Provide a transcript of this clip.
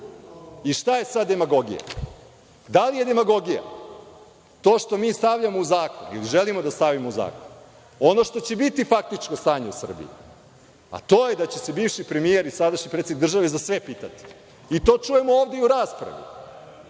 I šta je sad demagogija? Da li je demagogija to što mi stavljamo u zakon, ili želimo da stavimo u zakon, ono što će biti faktičko stanje u Srbiji, a to je da će se bivši premijer i sadašnji predsednik države za sve pitati? I to čujemo i ovde u raspravi.